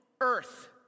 earth